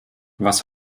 was